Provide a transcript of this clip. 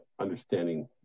understanding